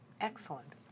Excellent